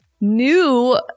new